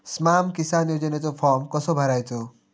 स्माम किसान योजनेचो फॉर्म कसो भरायचो?